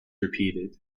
repeated